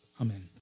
amen